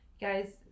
Guys